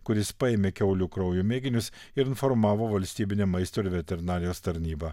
kuris paėmė kiaulių kraujo mėginius ir informavo valstybinę maisto ir veterinarijos tarnybą